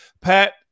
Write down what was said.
Pat